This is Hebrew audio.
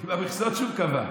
עם המכסות שהוא קבע.